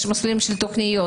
יש מסלולים של תכניות,